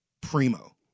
primo